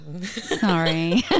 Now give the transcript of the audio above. sorry